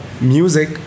music